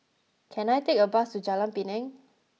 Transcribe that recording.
can I take a bus to Jalan Pinang